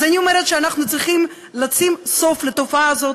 אז אני אומרת שאנחנו צריכים לשים סוף לתופעה הזאת.